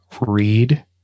read